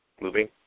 moving